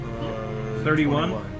31